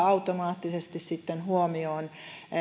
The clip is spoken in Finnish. automaattisesti huomioon